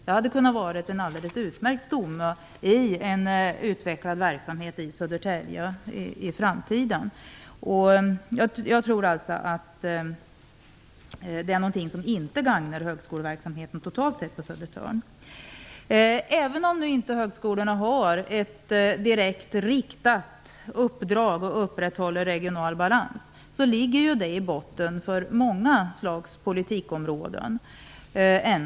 Den hade kunnat vara en alldeles utmärkt stomme i en utvecklad verksamhet i Södertälje i framtiden. Jag tror alltså inte att detta totalt sett gagnar högskoleverksamheten på Södertörn. Även om högskolorna inte har ett direkt riktat uppdrag att upprätthålla en regional balans ligger det i botten på många politikområden.